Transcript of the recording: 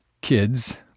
kids